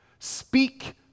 Speak